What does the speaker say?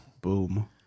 Boom